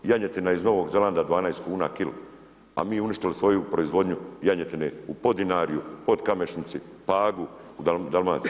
Janjetina iz Novog Zelanda 12 kuna kila, a mi uništili svoju proizvodnju janjetine u Podinarju, podkamešnici, Pagu, Dalmaciji.